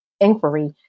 inquiry